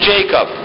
Jacob